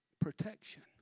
protection